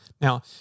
Now